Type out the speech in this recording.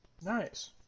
Nice